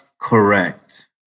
correct